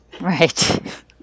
Right